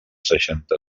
seixanta